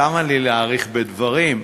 למה לי להאריך בדברים,